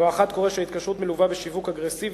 לא אחת קורה שההתקשרות מלווה בשיווק אגרסיבי,